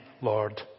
Lord